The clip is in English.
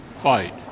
fight